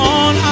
on